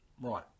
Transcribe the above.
Right